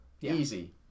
Easy